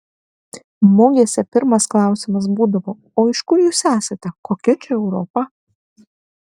mugėse pirmas klausimas būdavo o iš kur jūs esate kokia čia europa